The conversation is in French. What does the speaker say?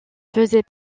faisait